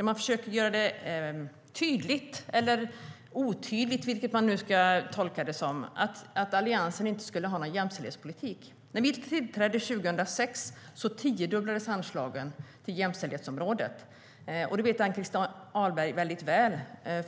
Man försökte göra det tydligt - eller otydligt, vilket man nu ska tolka det som - att Alliansen inte hade någon jämställdhetspolitik. När vi tillträdde 2006 tiodubblades anslagen till jämställdhetsområdet. Det vet Ann-Christin Ahlberg väldigt väl.